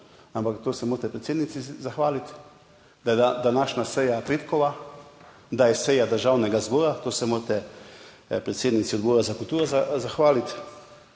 ampak to se morate predsednici zahvaliti, da je današnja seja petkova, da je seja Državnega zbora, to se morate predsednici Odbora za kulturo zahvaliti,